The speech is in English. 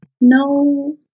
No